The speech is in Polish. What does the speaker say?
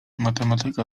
matematyka